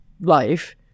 life